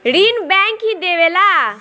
ऋण बैंक ही देवेला